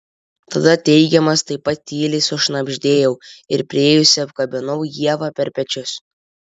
tada teigiamas taip pat tyliai sušnabždėjau ir priėjusi apkabinau ievą per pečius